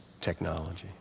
technology